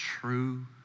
true